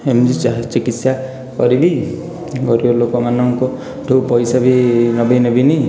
ଏମିତି ଚିକିତ୍ସା କରିବି ଗରିବ ଲୋକମାନଙ୍କ ଠୁ ପଇସା ବି କେବେ ନେବିନି